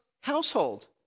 household